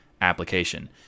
application